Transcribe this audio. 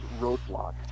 roadblock